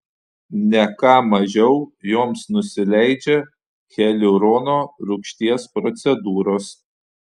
ne ką mažiau joms nusileidžia hialurono rūgšties procedūros